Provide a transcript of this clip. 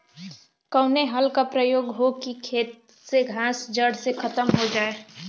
कवने हल क प्रयोग हो कि खेत से घास जड़ से खतम हो जाए?